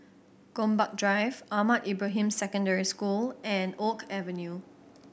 Gombak Drive Ahmad Ibrahim Secondary School and Oak Avenue